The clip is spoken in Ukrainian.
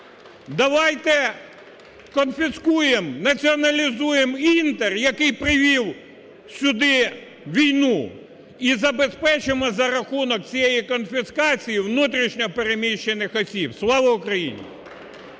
Давайте конфіскуємо, націоналізуємо "Інтер", який привів сюди війну. І забезпечимо за рахунок цієї конфіскації внутрішньо переміщених осіб. Слава Україні!